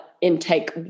intake